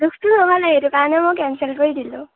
সেইটো কাৰণে মই কেঞ্চেল কৰি দিলোঁ